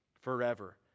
forever